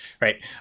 right